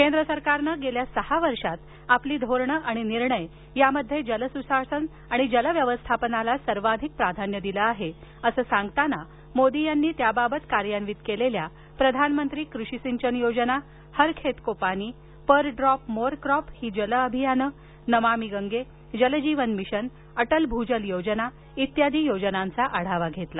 केंद्र सरकारनं गेल्या सहा वर्षात आपली धोरणं आणि निर्णयांमध्ये जलसुशासन आणि जलव्यवस्थापनाला सर्वाधिक प्राधान्य दिलं आहे असं सांगताना त्यांनी त्याबाबत कार्यान्वित केलेल्या प्रधानमंत्री कृषी सिंचन योजना हर खेत को पानी पर ड्रॉप मोअर क्रॉप ही जल अभियानं नमामि गंगे जलजीवन मिशन अटल भूजल योजना इत्यादी योजनांचा आढावा घेतला